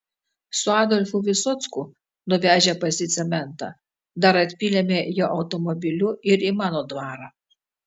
su adolfu visocku nuvežę pas jį cementą dar atpylėme jo automobiliu ir į mano dvarą